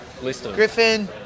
Griffin